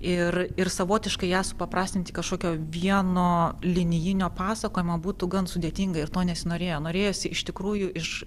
ir ir savotiškai ją supaprastint į kažkokio vieno linijinio pasakojimo būtų gan sudėtinga ir to nesinorėjo norėjosi iš tikrųjų iš